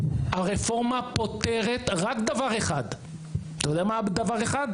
הרפורמה פותרת רק דבר אחד, אתה יודע מה הדבר האחד?